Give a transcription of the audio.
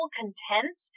content